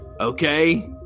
okay